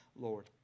Lord